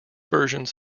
versions